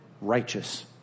righteous